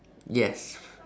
yes